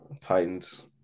Titans